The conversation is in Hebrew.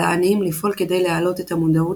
על העניים לפעול כדי להעלות את המודעות